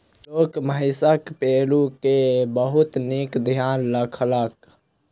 लोक महिषक पड़रू के बहुत नीक ध्यान रखलक